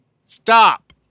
Stop